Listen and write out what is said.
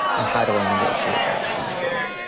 and how do i negotiate that with the employer?